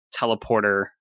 teleporter